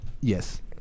Yes